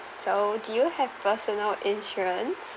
so do you have personal insurance